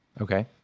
Okay